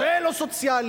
זה לא סוציאלי.